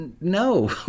no